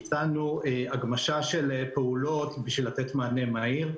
ביצענו הגמשה של פעולות בשביל לתת מענה מהיר.